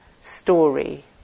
story